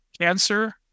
Cancer